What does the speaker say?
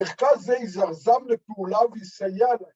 ‫מחקר זה יזרזם לפעולה ויסייע להם.